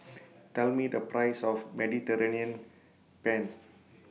Tell Me The Price of Mediterranean Penne